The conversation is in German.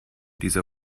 dieser